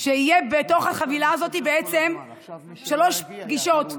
שבתוך החבילה הזאת יהיו שלוש פגישות,